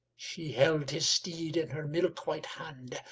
she held his steed in her milk-white hand,